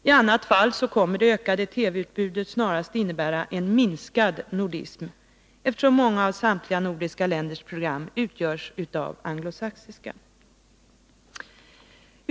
I annat fall kommer det ökade TV-utbudet snarast att innebära en minskad nordism, eftersom så många av samtliga nordiska länders sändningar utgörs av anglosaxiska program.